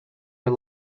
are